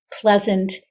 pleasant